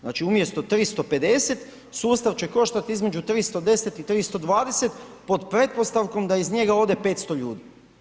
Znači umjesto 350 sustav će koštati između 310 i 320 pod pretpostavkom da iz njega ode 500 ljudi.